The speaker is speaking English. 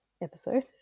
episode